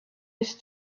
his